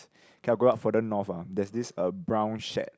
okay I'll go up further north ah there's this uh brown shed